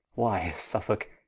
why suffolke,